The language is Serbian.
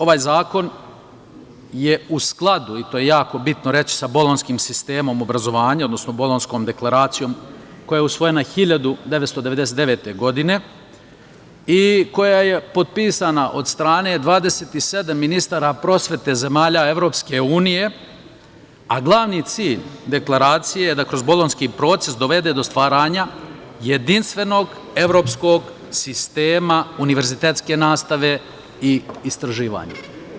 Ovaj zakon je u skladu, i to je jako bitno reći, sa bolonjskim sistemom obrazovanja, odnosno Bolonjskom deklaracijom, koja je usvojena 1999. godine i koja je potpisana od strane 27 ministara prosvete zemalja EU, a glavni cilj Deklaracije je da kroz Bolonjski proces dovede do stvaranja jedinstvenog evropskog sistema univerzitetske nastave i istraživanja.